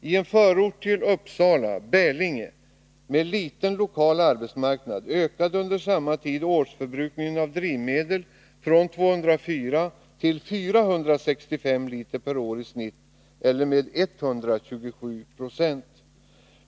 I en förort till Uppsala — Bälinge — med liten lokal arbetsmarknad ökade under samma tid årsförbrukningen av drivmedel från 204 till 465 liter per år i genomsnitt eller med 127 20.